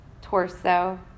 torso